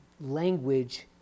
language